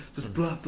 just blur.